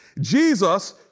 Jesus